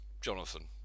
Jonathan